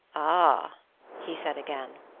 ah he said again.